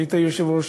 כשהיית יושב-ראש